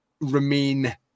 remain